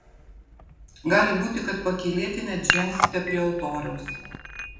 gali būti kad pakylėti net žengsite prie altoriaus